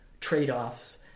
trade-offs